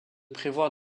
prévoir